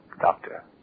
Doctor